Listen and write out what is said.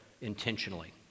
intentionally